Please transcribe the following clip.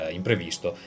imprevisto